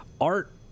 art